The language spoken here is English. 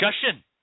discussion